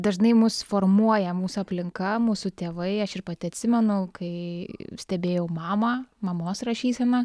dažnai mus formuoja mūsų aplinka mūsų tėvai aš ir pati atsimenu kai stebėjau mamą mamos rašyseną